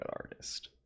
artist